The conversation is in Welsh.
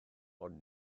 ond